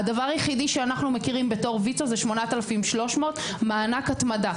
הדבר היחידי שאנחנו מכירים בתור ויצו זה 8,300 מענק התמדה,